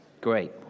Great